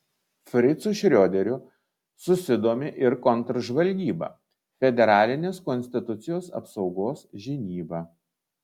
fricu šrioderiu susidomi ir kontržvalgyba federalinės konstitucijos apsaugos žinyba